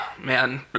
man